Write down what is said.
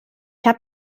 habe